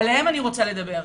ועליהם אני רוצה לדבר.